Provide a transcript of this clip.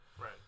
right